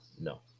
no